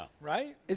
right